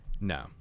no